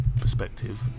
Perspective